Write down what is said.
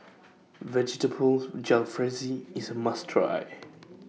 Vegetable Jalfrezi IS A must Try